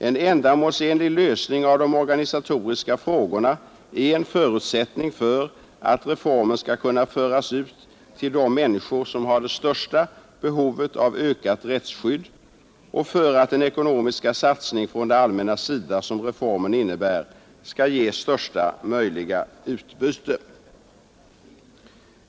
En ändamålsenlig lösning av de organisatoriska frågorna är en förutsättning för att reformen skall kunna föras ut till de människor som har det största behovet av ökat rättsskydd och för att den ekonomiska satsning från det allmännas sida som reformen innebär skall ge största möjliga utbyte.